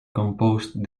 composed